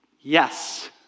Yes